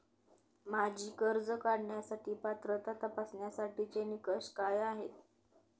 माझी कर्ज काढण्यासाठी पात्रता तपासण्यासाठीचे निकष काय आहेत?